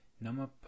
nama